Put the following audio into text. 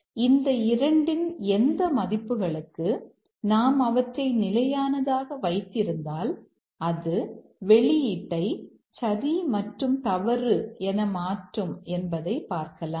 எனவே இந்த 2 இன் எந்த மதிப்புகளுக்கு நாம் அவற்றை நிலையானதாக வைத்திருந்தால் இது வெளியீட்டை சரி மற்றும் தவறு என மாற்றும் என்பதை பார்க்கலாம்